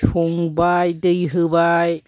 संबाय दै होबाय